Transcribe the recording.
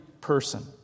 person